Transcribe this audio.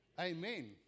Amen